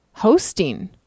hosting